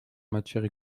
matière